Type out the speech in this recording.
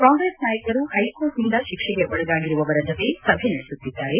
ಕಾಂಗ್ರೆಸ್ ನಾಯಕರು ಹೈಕೋರ್ಟ್ನಿಂದ ಶಿಕ್ಷೆಗೆ ಒಳಗಾಗಿರುವವರ ಜೊತೆಗೆ ಸಭೆ ನಡೆಸುತ್ತಿದ್ದಾರೆ